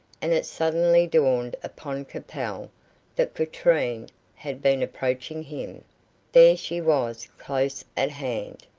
and it suddenly dawned upon capel that katrine had been approaching him there she was close at hand.